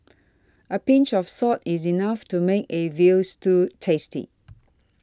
a pinch of salt is enough to make a Veal Stew tasty